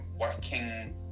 working